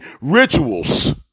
rituals